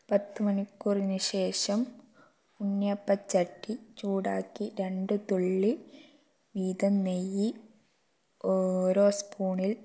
പത്ത് മണിക്കൂറിന് ശേഷം ഉണ്ണിയപ്പച്ചട്ടി ചൂടാക്കി രണ്ട് തുള്ളി വീതം നെയ്യ് ഓരോ സ്പൂണിൽ